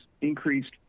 increased